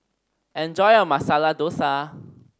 enjoy your Masala Dosa